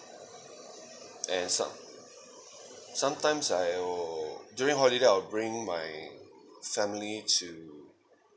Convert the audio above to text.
and some~ sometimes I'll during holiday I'll bring my family to